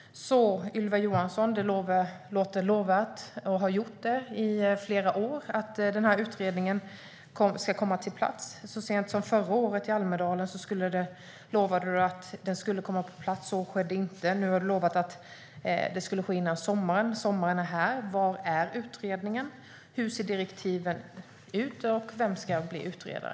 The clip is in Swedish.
Ylva Johansson! Det låter lovvärt, och har gjort det i flera år, att utredningen ska komma på plats. Så sent som förra året i Almedalen lovade du att den skulle komma på plats. Så skedde inte. Nu har du lovat att det ska ske före sommaren. Sommaren är här. Var är utredningen? Hur ser direktiven ut, och vem ska bli utredare?